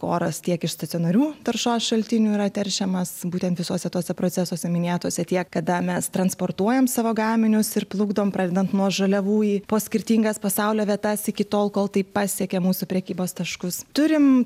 oras tiek iš stacionarių taršos šaltinių yra teršiamas būtent visuose tuose procesuose minėtuose tiek kada mes transportuojam savo gaminius ir plukdom pradedant nuo žaliavų į po skirtingas pasaulio vietas iki tol kol tai pasiekia mūsų prekybos taškus turim